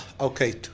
Okay